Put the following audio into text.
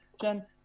Jen